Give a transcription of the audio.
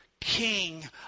king